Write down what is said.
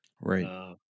Right